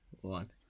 One